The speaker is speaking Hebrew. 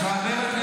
זה לא תקין.